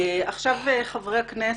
עכשיו ידברו חברי הכנסת,